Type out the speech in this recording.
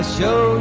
show